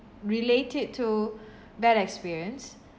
relate it to bad experience